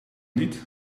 niet